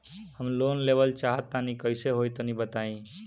हम लोन लेवल चाह तनि कइसे होई तानि बताईं?